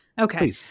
okay